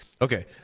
Okay